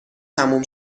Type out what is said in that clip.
تموم